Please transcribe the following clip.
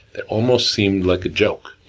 that almost seemed like a joke.